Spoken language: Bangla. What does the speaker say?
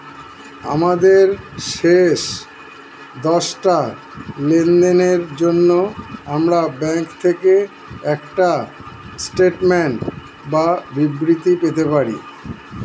আমাদের শেষ দশটা লেনদেনের জন্য আমরা ব্যাংক থেকে একটা স্টেটমেন্ট বা বিবৃতি পেতে পারি